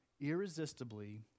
irresistibly